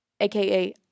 aka